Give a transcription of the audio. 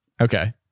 Okay